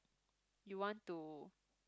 you want to